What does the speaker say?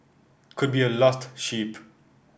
could be a lost sheep